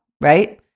right